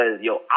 yo